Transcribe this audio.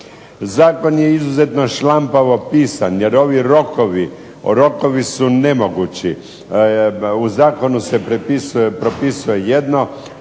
Zakon je izuzetno šlampavo pisan, jer ovi rokovi, rokovi su nemogući. U zakonu se propisuje jedno,